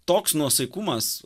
toks nuosaikumas